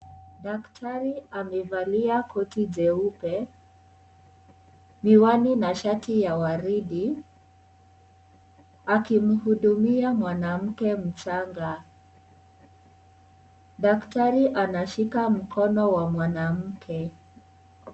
Daktari amevalia koti jeupe, miwani na shati ya waridi akimuhudumia mwanamke mchanga. Daktari anashika mkono wa mwanamke.